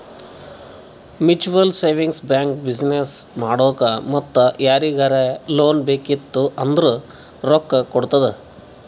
mutual savings bank business ಮಾಡಾಕ್ ಮತ್ತ ಯಾರಿಗರೇ ಲೋನ್ ಬೇಕಿತ್ತು ಅಂದುರ್ ರೊಕ್ಕಾ ಕೊಡ್ತುದ್